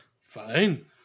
Fine